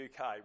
UK